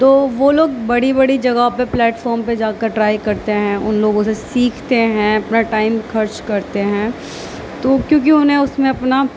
تو وہ لوگ بڑی بڑی جگہ پر پلیٹفام پہ جا کر ٹرائی کرتے ہیں ان لوگوں سے سیکھتے ہیں اپنا ٹائم خرچ کرتے ہیں تو کیوں کہ وہ انہیں اس میں اپنا